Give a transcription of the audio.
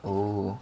oh